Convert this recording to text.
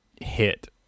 hit